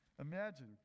Imagine